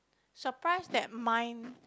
surprise that mine